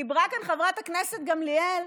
דיברה גם חברת הכנסת גמליאל.